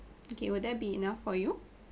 okay will there be enough for you